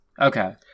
Okay